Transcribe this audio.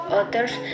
others